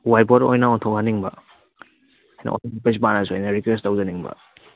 white board ꯑꯣꯏꯅ ꯑꯣꯟꯊꯣꯛꯍꯟꯅꯤꯡꯕ ꯄ꯭ꯔꯤꯟꯁꯤꯄꯥꯜꯗꯁꯨ ꯑꯩꯅ request ꯇꯧꯖꯅꯤꯡꯕ